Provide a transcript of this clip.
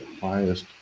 highest